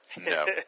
No